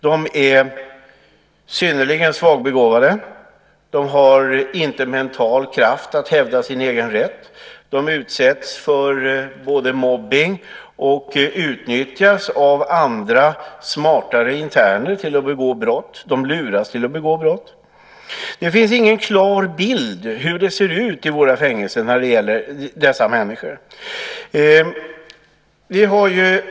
De är synnerligen svagbegåvade. De har inte mental kraft att hävda sin rätt. De utsätts för mobbning och utnyttjas av andra, smartare interner till att begå brott. De luras till att begå brott. Det finns ingen klar bild av hur det ser ut i våra fängelser när det gäller dessa människor.